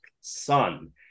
sun